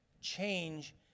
change